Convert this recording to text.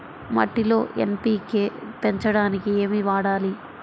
మట్టిలో ఎన్.పీ.కే పెంచడానికి ఏమి వాడాలి?